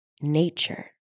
Nature